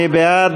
מי בעד?